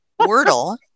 Wordle